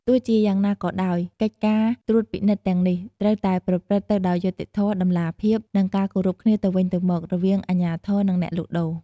ទោះជាយ៉ាងណាក៏ដោយ កិច្ចការត្រួតពិនិត្យទាំងនេះ ត្រូវតែប្រព្រឹត្តទៅដោយយុត្តិធម៌ តម្លាភាព និងការគោរពគ្នាទៅវិញទៅមក រវាងអាជ្ញាធរ និងអ្នកលក់ដូរ។